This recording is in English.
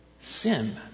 Sin